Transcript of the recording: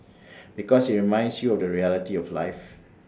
because IT reminds you of the reality of life